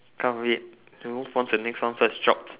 can't wait let's move on to next one first jobs